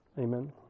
Amen